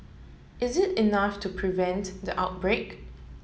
is it enough to prevent the outbreak